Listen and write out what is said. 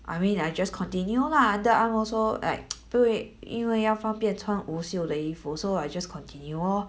I mean I just continue lah underarm also like 不会因为要方便穿无袖的礼服 so I just continue lor